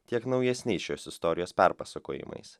tiek naujesniais šios istorijos perpasakojimais